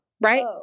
right